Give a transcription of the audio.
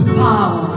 power